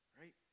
Right